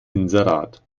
inserat